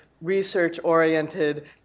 research-oriented